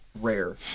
rare